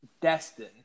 Destin